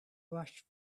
rushed